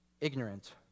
ignorant